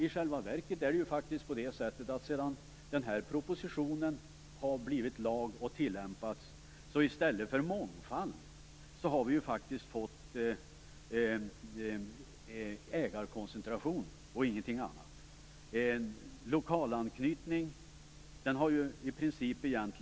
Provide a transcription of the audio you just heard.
I själva verket har vi, sedan propositionens lagförslag genomförts och blivit tillämpade, i stället för mångfald faktiskt fått ägarkoncentration, ingenting annat. I princip har inte någon lokalanknytning kommit till stånd.